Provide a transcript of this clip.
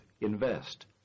invest